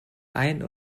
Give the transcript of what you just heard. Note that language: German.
ein